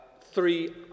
three